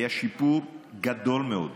היה שיפור גדול מאוד.